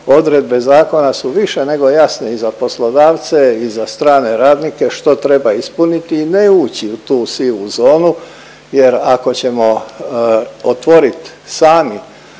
odredbe zakona su više nego jasne i za poslodavce i za strane radnike što treba ispuniti i ne ući u tu sivu zonu jer ako ćemo otvorit sami